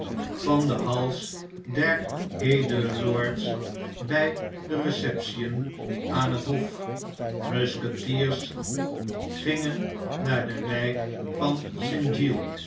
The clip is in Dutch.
van den hals der edele lords by de receptien aan hethof musketiers gingen naar de wp van